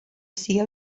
sigueu